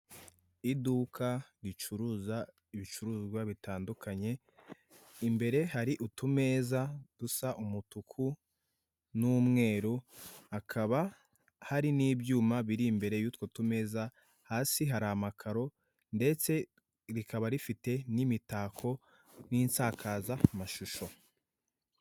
Iduka ricuruza ibicuruzwa bitandukanye imbere hari utumeza dusa umutuku n'umweru, hakaba hari n'ibyuma biri imbere y'utwo tumeza hasi hari amakaro ndetse rikaba rifite n'imitako n'isakaza amashusho.